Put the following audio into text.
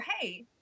hey